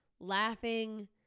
laughing